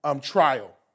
trial